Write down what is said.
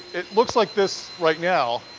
it looks like this right now,